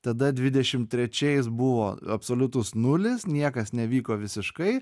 tada dvidešim trečiais buvo absoliutus nulis niekas nevyko visiškai